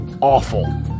awful